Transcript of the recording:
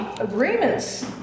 agreements